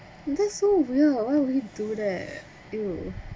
that's so weird why would we do that !eww!